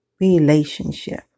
relationship